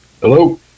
Hello